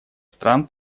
стран